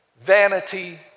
vanity